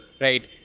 Right